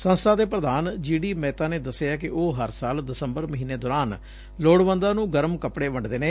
ਸੰਸਬਾ ਦੇ ਪ੍ਰਧਾਨ ਜੀਡੀ ਮਹਿਤਾ ਨੇ ਦੱਸਿਆ ਕਿ ਉਹ ਹਰ ਸਾਲ ਦਸੰਬਰ ਮਹੀਨੇ ਦੌਰਾਨ ਲੋੜਵੰਦਾਂ ਨੂੰ ਗਰਮ ਕੱਪੜੇ ਵੰਡਦੇ ਨੇ